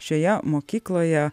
šioje mokykloje